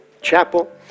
chapel